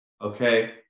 okay